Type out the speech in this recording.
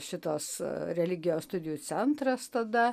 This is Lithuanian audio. šitas religijos studijų centras tada